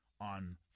on